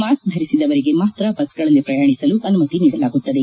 mask ಧರಿಸಿದವರಿಗೆ ಮಾತ್ರ ಬಸ್ಗಳಲ್ಲಿ ಪ್ರಯಾಣಿಸಲು ಅನುಮತಿ ನೀಡಲಾಗುತ್ತದೆ